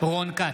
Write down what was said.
רון כץ,